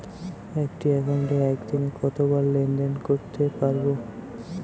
একটি একাউন্টে একদিনে কতবার লেনদেন করতে পারব?